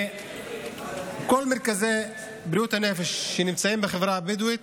כל מרכזי בריאות הנפש שנמצאים בחברה הבדואית